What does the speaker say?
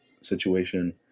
situation